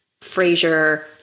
Frasier